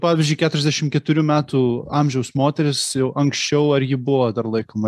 pavyzdžiui keturiasdešim keturių metų amžiaus moteris jau anksčiau ar ji buvo dar laikoma